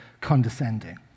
condescending